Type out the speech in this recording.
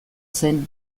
zen